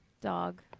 dog